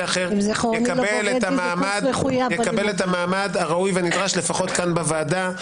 אחר יקבל את המעמד הראוי והנדרש לפחת כאן בוועדה.